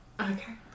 Okay